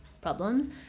problems